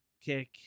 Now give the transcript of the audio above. kick